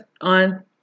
on